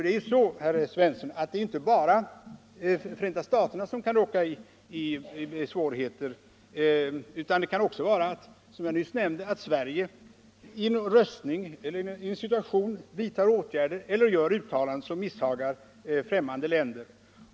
Det är inte bara Förenta staterna, herr Svensson i Malmö, som kan råka i svårigheter, utan det kan också vara så att Sverige genom röstning i en situation vidtar åtgärder eller gör några uttalanden som misshagar främmande länder.